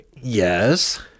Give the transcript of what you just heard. yes